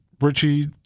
Richie